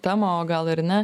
temą o gal ir ne